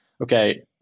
okay